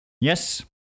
Yes